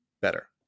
better